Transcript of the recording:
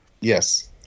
Yes